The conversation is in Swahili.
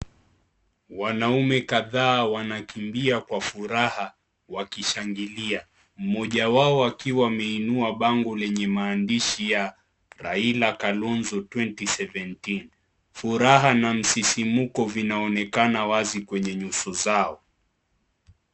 Wanaume kadhaa wanakimbia kwa furaha wakishangilia, mmoja wao akiwa ameinua bango lenye maandishi ya Raila Kalonzo 2017 furaha na msisimko inaonekana wazi kwenye nyuso zao